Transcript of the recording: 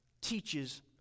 teaches